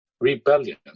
Rebellion